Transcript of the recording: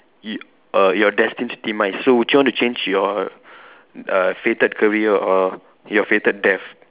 you err your destined demise so would you want to change your err fated career or your fated death